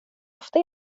ofta